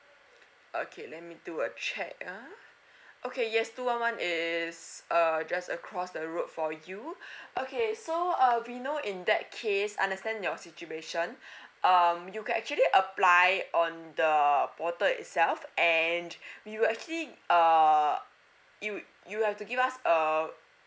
okay let me do a check ah okay yes two one one is err just across the road for you okay so uh vino in that case understand your situation um you can actually apply on the err portal itself and you actually err you you have to give us um